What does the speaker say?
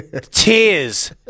Tears